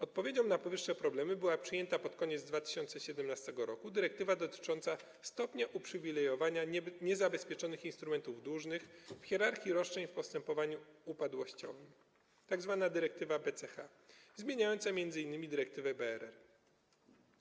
Odpowiedzią na powyższe problemy była przyjęta pod koniec 2017 r. dyrektywa dotycząca stopnia uprzywilejowania niezabezpieczonych instrumentów dłużnych w hierarchii roszczeń w postępowaniu upadłościowym, tzw. dyrektywa BCH, zmieniająca m.in. dyrektywę BRR.